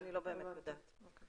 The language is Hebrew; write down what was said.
אני לא באמת יודעת.